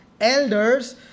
elders